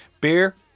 Beer